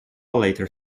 later